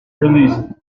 released